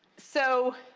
so